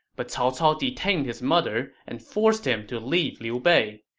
but cao cao detained his mother and forced him to leave liu bei.